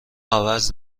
عوض